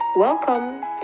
Welcome